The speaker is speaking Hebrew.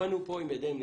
בידיים נקיות,